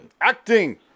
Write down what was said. Acting